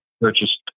purchased